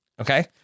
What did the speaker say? Okay